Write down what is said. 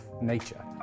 nature